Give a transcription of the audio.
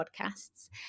podcasts